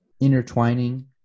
intertwining